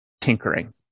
tinkering